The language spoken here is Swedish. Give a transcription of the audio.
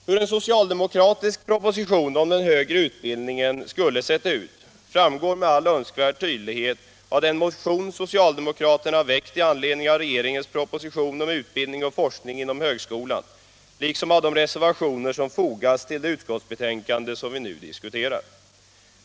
Hur en socialdemokratisk proposition om den högre utbildningen skulle ha sett ut framgår med all önskvärd tydlighet av den motion socialdemokraterna väckt i anledning av regeringens proposition om utbildning och forskning inom högskolan, liksom av de reservationer som fogats till det utskottsbetänkande som vi nu diskuterar.